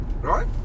right